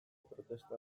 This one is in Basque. protesta